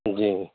جی